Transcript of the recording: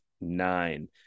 nine